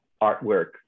artwork